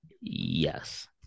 Yes